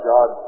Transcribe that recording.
God